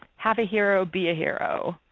have a hero. be a hero.